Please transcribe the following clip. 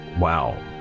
wow